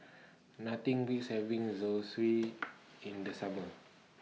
Nothing Beats having Zosui in The Summer